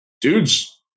dudes